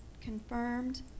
confirmed